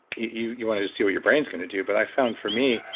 you you want to just see what your brain's going to do. but i found for me,